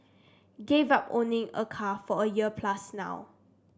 gave up owning a car for a year plus now